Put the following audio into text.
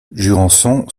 jurançon